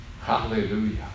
hallelujah